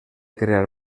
crear